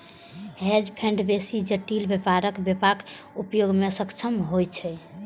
hedge fund बेसी जटिल व्यापारक व्यापक उपयोग मे सक्षम होइ छै